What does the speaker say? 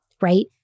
right